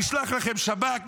נשלח לכם שב"כ,